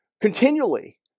continually